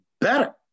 better